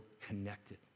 connected